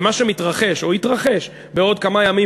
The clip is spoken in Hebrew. ומה שמתרחש או יתרחש בעוד כמה ימים